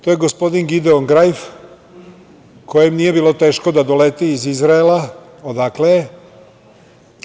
To je gospodin Gideon Grajf, kojem nije bilo teško da doleti iz Izraela odakle je.